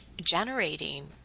generating